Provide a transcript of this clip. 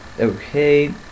Okay